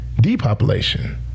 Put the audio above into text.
depopulation